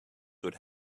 would